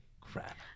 Crap